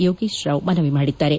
ಯೋಗೀಶ್ ರಾವ್ ಮನವಿ ಮಾಡಿದ್ದಾರೆ